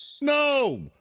No